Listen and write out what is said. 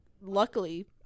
luckily